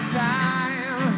time